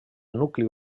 nucli